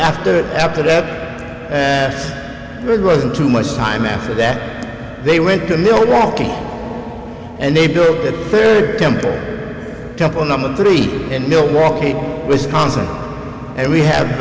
after after that it wasn't too much time after that they went to milwaukee and they built that temple temple number three in milwaukee wisconsin and we have